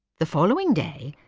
the following day,